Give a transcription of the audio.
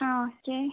ആ ഓക്കെ